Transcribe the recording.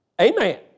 Amen